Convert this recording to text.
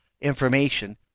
information